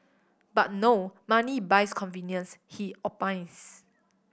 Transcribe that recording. but no money buys convenience he opines